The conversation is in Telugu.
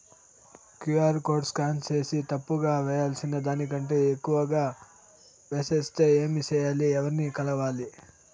క్యు.ఆర్ కోడ్ స్కాన్ సేసి తప్పు గా వేయాల్సిన దానికంటే ఎక్కువగా వేసెస్తే ఏమి సెయ్యాలి? ఎవర్ని కలవాలి?